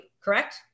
correct